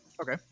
Okay